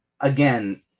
again